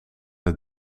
het